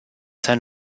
sein